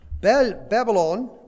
Babylon